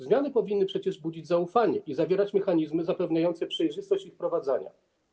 Zmiany powinny przecież budzić zaufanie i zawierać mechanizmy zapewniające przejrzystość ich wprowadzania.